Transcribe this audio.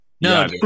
No